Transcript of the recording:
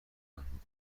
فهمیدهبود